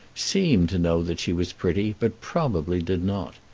seemed to know that she was pretty, but probably did not.